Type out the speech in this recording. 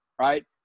right